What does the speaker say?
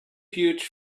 huge